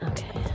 Okay